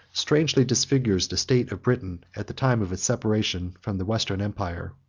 strangely disfigures the state of britain at the time of its separation from the western empire.